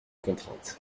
contraintes